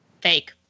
fake